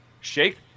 Shake